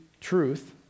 truth